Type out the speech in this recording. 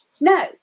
No